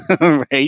right